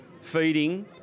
feeding